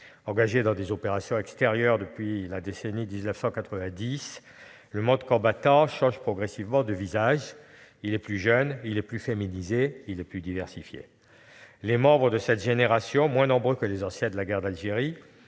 engagée dans des opérations extérieures depuis la décennie 1990, le monde combattant change progressivement de visage : il est plus jeune, plus féminisé, plus diversifié. Les membres de cette génération, moins nombreux que les anciens de la guerre d'Algérie,